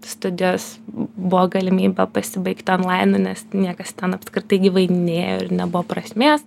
studijas buvo galimybė pasibaigti onlainu nes niekas ten apskritai gyvai nėjo ir nebuvo prasmės